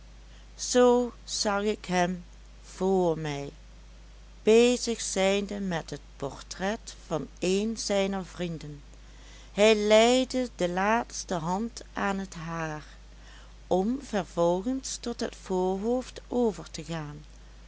zag ik hem vr mij bezig zijnde met het portret van een zijner vrienden hij leide de laatste hand aan het haar om vervolgens tot het voorhoofd over te gaan